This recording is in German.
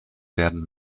werden